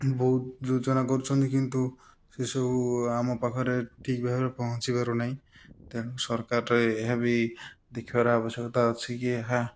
ବହୁତ ଯୋଜନା କରୁଛନ୍ତି କିନ୍ତୁ ସେ ସବୁ ଆମ ପାଖରେ ଠିକ୍ ଭାବରେ ପହଞ୍ଚିପାରୁ ନାହିଁ ତେଣୁ ସରକାରର ଏହା ବି ଦେଖିବାର ଆବଶ୍ୟକତା ଅଛି କି ଏହା